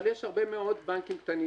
אבל יש הרבה מאוד בנקים קטנים,